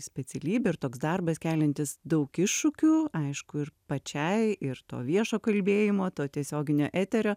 specialybė ir toks darbas keliantis daug iššūkių aišku ir pačiai ir to viešo kalbėjimo to tiesioginio eterio